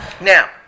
now